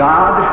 God